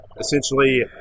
essentially